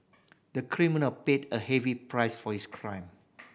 the criminal paid a heavy price for his crime